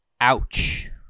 ouch